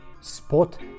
spot